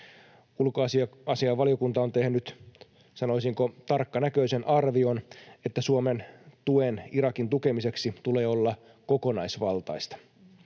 Ulkoasiainvaliokunta on tehnyt, sanoisinko, tarkkanäköisen arvion, että Suomen tuen Irakin tukemiseksi tulee olla kokonaisvaltaista.